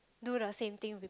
do the same thing